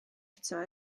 eto